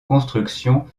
construction